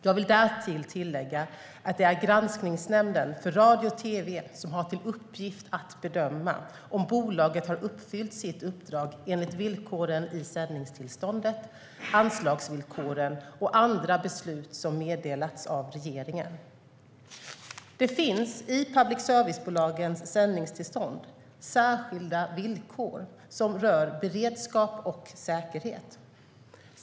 Jag vill därtill tillägga att det är Granskningsnämnden för radio och tv som har till uppgift att bedöma om bolaget har uppfyllt sitt uppdrag enligt villkoren i sändningstillståndet, anslagsvillkoren och andra beslut som meddelats av regeringen. Det finns i public service-bolagens sändningstillstånd särskilda villkor som rör beredskap och säkerhet.